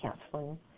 counseling